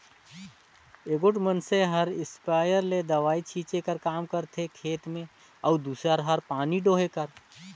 एगोट मइनसे हर इस्पेयर ले दवई छींचे कर काम करथे खेत में अउ दूसर हर पानी डोहे कर